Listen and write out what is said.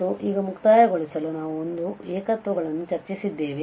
ಮತ್ತು ಈಗ ಮುಕ್ತಾಯಗೊಳಿಸಲು ನಾವು ಇಂದು ಏಕತ್ವ ಗಳನ್ನು ಚರ್ಚಿಸಿದ್ದೇವೆ